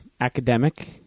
academic